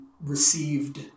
received